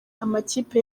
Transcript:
amakipe